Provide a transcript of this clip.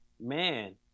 Man